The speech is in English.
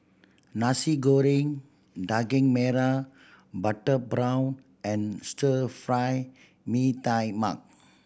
Nasi Goreng Daging Merah butter prawn and Stir Fry Mee Tai Mak